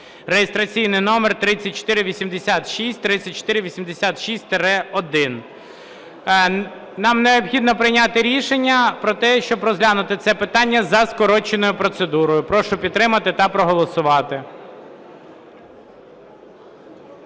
(реєстраційний номер 3486, 3486-1). Нам необхідно прийняти рішення про те, щоб розглянути це питання за скороченою процедурою. Прошу підтримати та проголосувати.